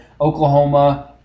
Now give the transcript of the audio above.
Oklahoma